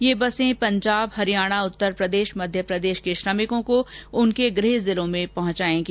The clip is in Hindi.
यह बसें पंजाबहरियाणा उत्तरप्रदेश मध्यप्रदेश के श्रमिकों को उनके गृह जिलों में जाएगी